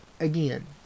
again